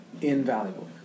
invaluable